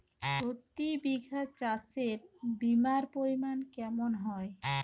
প্রতি বিঘা চাষে বিমার পরিমান কেমন হয়?